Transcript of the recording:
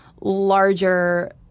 larger